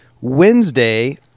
Wednesday